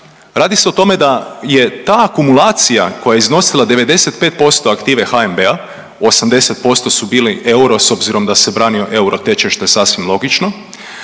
Radi se o tome da je ta akumulacija koja je iznosila 95% aktive HNB-a, 80% su bili euro s obzirom da se branio euro tečaj što je sasvim logično.